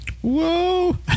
Whoa